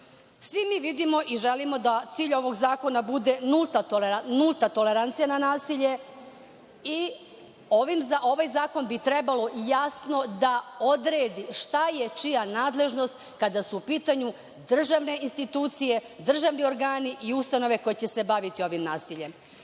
mi vidimo i želimo da cilj ovog zakona bude nulta tolerancija na nasilje i ovaj zakon bi trebalo jasno da odredi šta je čija nadležnost kada su u pitanju državne institucije, državni organi i ustanove koje će se baviti ovim nasiljem.